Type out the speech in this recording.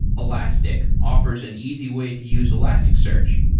elastic offers an easy way to use elastic search.